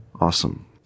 Awesome